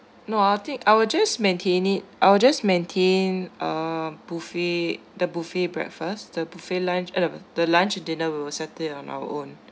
no I think I will just maintain it I'll just maintain uh buffet the buffet breakfast the buffet lunch eh no no the lunch and dinner we will settle it on our own